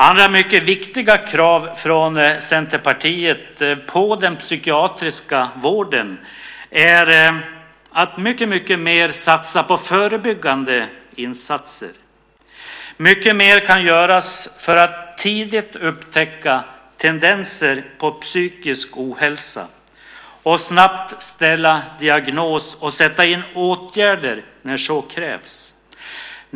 Andra mycket viktiga krav från Centerpartiet på den psykiatriska vården är att mycket mer satsa på förebyggande insatser. Mycket mer kan göras för att tidigt upptäcka tendenser till psykisk ohälsa, snabbt ställa diagnos och sätta in åtgärder när så krävs.